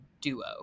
duo